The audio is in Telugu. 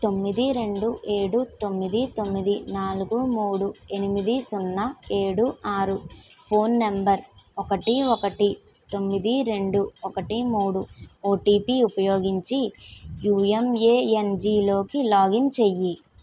తొమ్మిది రెండు ఏడు తొమ్మిది తొమ్మిది నాలుగు మూడు ఎనిమిది సున్నా ఏడు ఆరు ఫోన్ నంబర్ ఒకటి ఒకటి తొమ్మిది రెండు ఒకటి మూడు ఓటిపి ఉపయోగించి యూఎంఏఎన్జి లోకి లాగిన్ చేయి